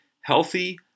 healthy